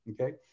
okay